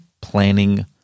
planning